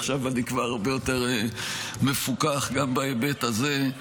עכשיו אני כבר הרבה יותר מפוקח גם בהיבט הזה.